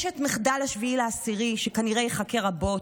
יש מחדל 7 באוקטובר, שכנראה ייחקר רבות,